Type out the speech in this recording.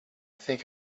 think